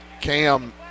Cam